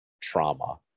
trauma